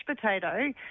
potato